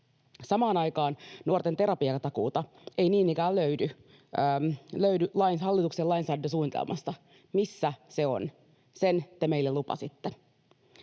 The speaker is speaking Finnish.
Samaan aikaan nuorten terapiatakuuta ei niin ikään löydy hallituksen lainsäädäntösuunnitelmasta. Missä se on? Sen te meille lupasitte.